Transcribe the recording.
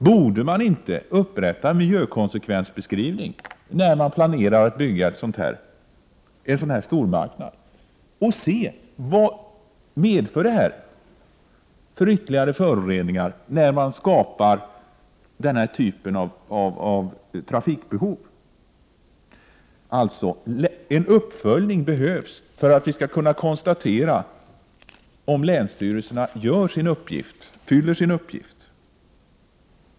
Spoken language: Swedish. Borde man inte upprätta en miljökonsekvensbeskrivning när man planerar att bygga en sådan här stormarknad och studera vilka ytterligare föroreningar det medför när man skapar denna typ av trafikbehov? En uppföljning behövs för att vi skall kunna konstatera om länsstyrelserna fyller sin uppgift.